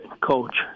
coach